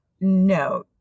No